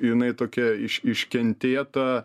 jinai tokia iškentėta